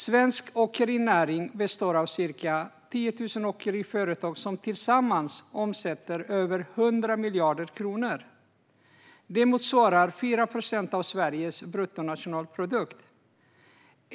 Svensk åkerinäring består av ca 10 000 åkeriföretag som tillsammans omsätter över 100 miljarder kronor. Det motsvarar 4 procent av Sveriges bruttonationalprodukt.